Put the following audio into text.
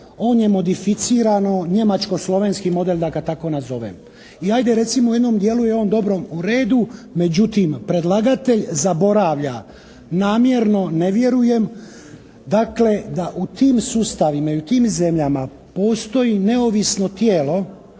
on je modificirano njemačko-slovenski model da ga tako nazovem. I hajde recimo u jednom dijelu je on dobro u redu. Međutim, predlagatelj zaboravlja namjerno ne vjerujem dakle da u tim sustavima i u tim sustavima postoji neovisno tijelo